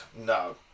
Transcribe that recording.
no